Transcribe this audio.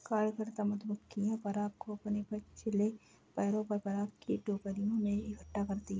कार्यकर्ता मधुमक्खियां पराग को अपने पिछले पैरों पर पराग की टोकरियों में इकट्ठा करती हैं